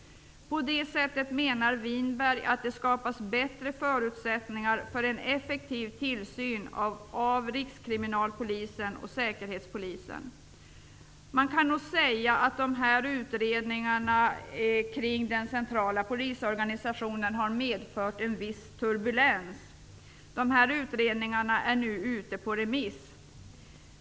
På det sättet menar Winberg att det skapas bättre förutsättningar för en effektiv tillsyn av Utredningarna kring den centrala polisorganisationen har medfört en viss turbulens. Utredningarna är nu ute på remiss.